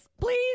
please